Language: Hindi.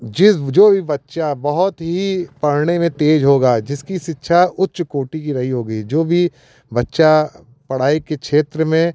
जिस जो भी बच्चा बहुत ही पढ़ने में तेज़ होगा जिसकी शिक्षा उच्च कोटि की रही होगी जो भी बच्चा पढ़ाई के क्षेत्र में